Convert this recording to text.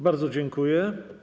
Bardzo dziękuję.